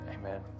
Amen